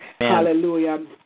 Hallelujah